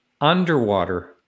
Underwater